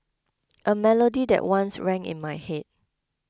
a melody that once rang in my head